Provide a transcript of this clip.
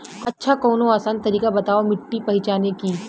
अच्छा कवनो आसान तरीका बतावा मिट्टी पहचाने की?